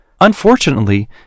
Unfortunately